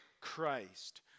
Christ